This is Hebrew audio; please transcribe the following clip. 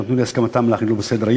שנתנו את הסכמתם להכלילו בסדר-היום,